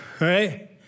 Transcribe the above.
Right